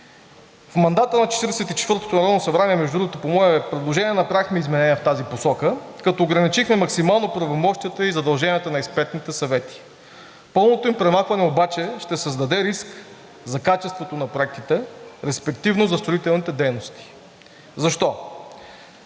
и четвъртото народно събрание, между другото, по мое предложение направихме изменение в тази посока, като ограничихме максимално правомощията и задълженията на експертните съвети. Пълното им премахване обаче ще създаде риск за качеството на проектите, респективно за строителните дейности. Защо?